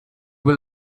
will